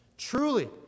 Truly